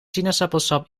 sinaasappelsap